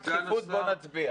אם דחיפות, בוא נצביע.